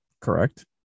Correct